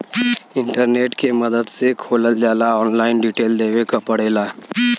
internet के मदद से खोलल जाला ऑनलाइन डिटेल देवे क पड़ेला